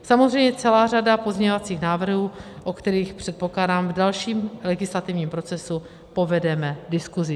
Samozřejmě celá řada pozměňovacích návrhů, o kterých, předpokládám, v dalším legislativním procesu povedeme diskusi.